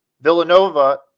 Villanova